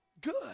Good